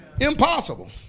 Impossible